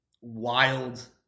wild